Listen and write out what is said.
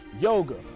yoga